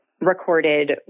recorded